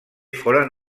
foren